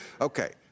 Okay